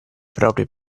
proprie